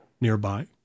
nearby